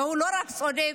ולא רק שהוא צודק,